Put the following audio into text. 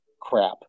crap